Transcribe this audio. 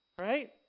Right